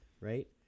right